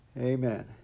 Amen